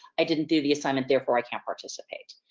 i didn't do the assignment therefore i can't participate.